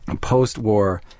post-war